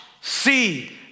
see